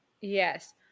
Yes